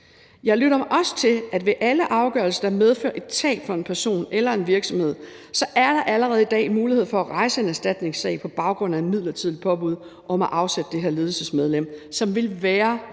Jeg lytter mig også til, at ved alle afgørelser, der medfører et tab for en person eller en virksomhed, er der allerede i dag mulighed for at rejse en erstatningssag på baggrund af et midlertidigt påbud om at afsætte det her ledelsesmedlem, hvilket vil være voldsomt